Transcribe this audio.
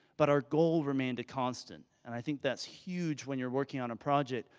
but our goal remained constant. and i think that's huge when you're working on a project.